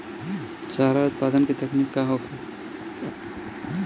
चारा उत्पादन के तकनीक का होखे?